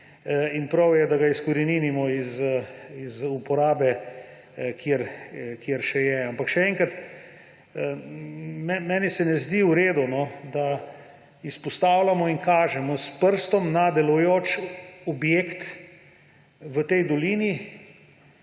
in prav je, da ga izkoreninimo iz uporabe, kjer še obstaja. Ampak, še enkrat, meni se ne zdi v redu, da izpostavljamo in kažemo s prstom na delujoči objekt v tej dolini,